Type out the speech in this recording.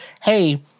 hey